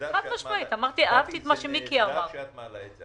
טוב שאת מעלה את זה.